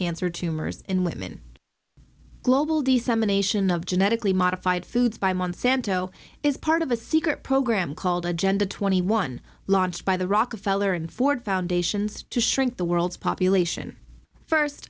cancer tumors in women global dissemination of genetically modified foods by monsanto is part of a secret program called agenda twenty one launched by the rockefeller and ford foundations to shrink the world's population first